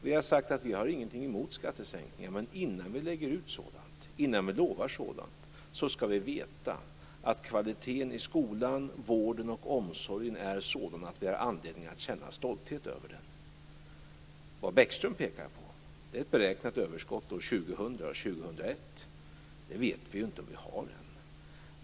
Vi har sagt att vi inte har något emot skattesänkningar. Men innan vi lägger ut sådana, och innan vi lovar sådant, skall vi veta att kvaliteten i skolan, vården och omsorgen är sådan att vi har anledning att känna stolthet över den. Vad Bäckström pekar på är ett beräknat överskott år 2000 och år 2001. Det vet vi inte om vi har än.